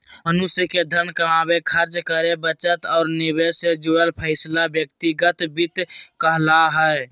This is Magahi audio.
मनुष्य के धन कमावे, खर्च करे, बचत और निवेश से जुड़ल फैसला व्यक्तिगत वित्त कहला हय